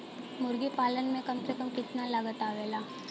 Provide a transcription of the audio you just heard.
मुर्गी पालन में कम से कम कितना लागत आवेला?